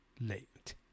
late